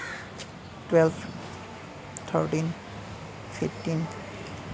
twelve thirteen fifteen